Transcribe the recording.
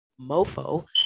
mofo